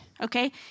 okay